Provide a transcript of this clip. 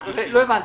לא הבנתי.